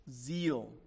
zeal